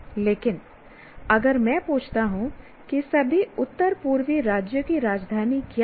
लेकिन अगर मैं पूछता हूं कि सभी उत्तर पूर्वी राज्यों की राजधानी क्या हैं